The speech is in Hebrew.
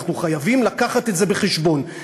אנחנו חייבים להביא את זה בחשבון.